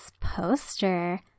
poster